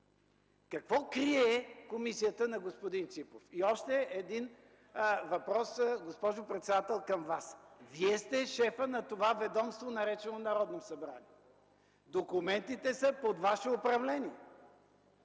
Какво крие комисията на господин Ципов? И още един въпрос, госпожо председател, към Вас. Вие сте шефът на това ведомство, наречено Народно събрание. Документите са под Ваше управление.